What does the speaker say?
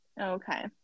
Okay